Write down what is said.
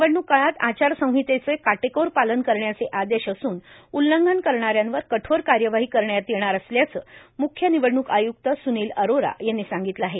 निवडणूक काळात आचार संहितेचे काटेकोर पालन करण्याचे आदेश असून उल्लंघन करणाऱ्यांवर कठोर कार्यवाही करण्यात येणार असल्याचे मुख्य निवडणूक आयुक्त सुनील अरोरा यांनी सांगितले आहे